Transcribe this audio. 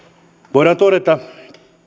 voidaan todeta